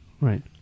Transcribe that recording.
Right